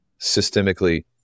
systemically